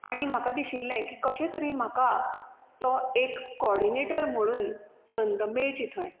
आनी म्हाका दिशिल्लें की कशें तरेन म्हाका तो एक कोडिनेटर म्हणून संद मेळची थंय